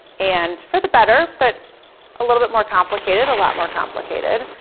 and for the better but a little bit more complicated, a lot more complicated.